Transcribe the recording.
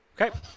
Okay